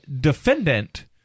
defendant